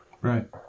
Right